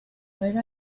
juega